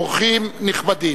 אורחים נכבדים,